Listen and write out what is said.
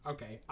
Okay